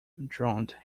drowned